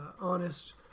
honest